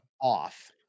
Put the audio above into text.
off